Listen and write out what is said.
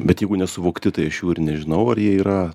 bet jeigu nesuvokti tai aš jų ir nežinau ar jie yra